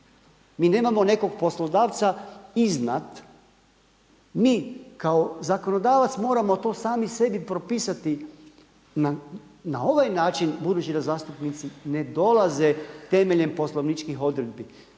Mi nemamo nekog poslodavca iznad. Mi kao zakonodavac moramo to sami sebi propisati na ovaj način budući da zastupnici ne dolaze temeljem poslovničkih odredbi.